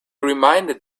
reminded